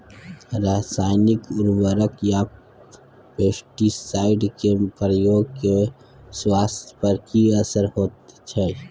रसायनिक उर्वरक आ पेस्टिसाइड के प्रयोग से स्वास्थ्य पर कि असर होए छै?